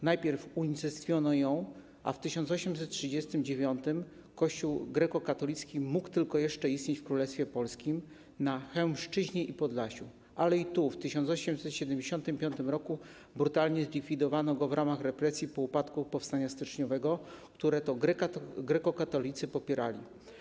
Najpierw unicestwiono ją w 1839 r., a Kościół greckokatolicki mógł jeszcze tylko istnieć w Królestwie Polskim na Chełmszczyźnie i Podlasiu, ale i tu w 1875 r. brutalnie go zlikwidowano w ramach represji po upadku powstania styczniowego, które to grekokatolicy popierali.